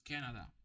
Canada